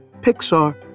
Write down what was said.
Pixar